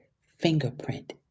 fingerprint